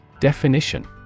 Definition